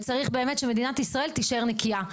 וצריך באמת שמדינת ישראל תישאר נקייה.